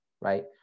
right